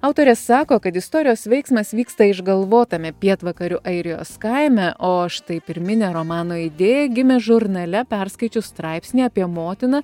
autorė sako kad istorijos veiksmas vyksta išgalvotame pietvakarių airijos kaime o štai pirminė romano idėja gimė žurnale perskaičius straipsnį apie motiną